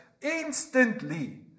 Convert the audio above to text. instantly